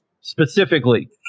specifically